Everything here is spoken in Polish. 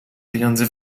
pieniądze